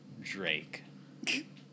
drake